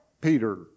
Peter